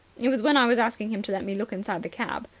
it was when i was asking him to let me look inside the cab.